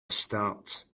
start